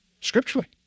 scripturally